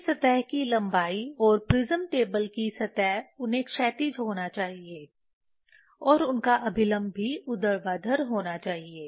उनकी सतह की लंबाई और प्रिज्म टेबल की सतह उन्हें क्षैतिज होना चाहिए और उनका अभिलंब भी ऊर्ध्वाधर होना होगा